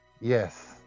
yes